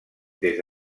des